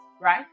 right